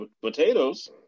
potatoes